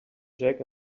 jack